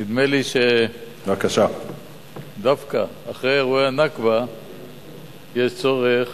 נדמה לי שדווקא אחרי אירועי הנכבה יש צורך